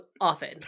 often